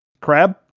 Crab